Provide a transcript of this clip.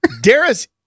Darius